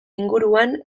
inguruan